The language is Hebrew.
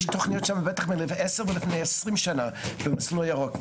יש שם תוכניות בטח מלפני עשר ולפני 20 שנה במסלול ירוק,